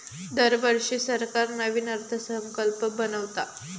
दरवर्षी सरकार नवीन अर्थसंकल्प बनवता